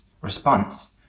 response